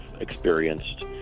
experienced